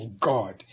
God